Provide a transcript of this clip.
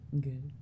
good